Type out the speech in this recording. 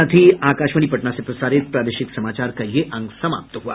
इसके साथ ही आकाशवाणी पटना से प्रसारित प्रादेशिक समाचार का ये अंक समाप्त हुआ